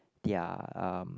their um